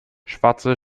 schwarze